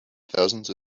thousands